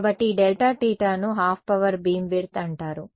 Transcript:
కాబట్టి ఈ డెల్టా తీటాను హాఫ్ పవర్ బీమ్ విడ్త్ అంటారు